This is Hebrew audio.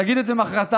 תגיד את זה מוחרתיים,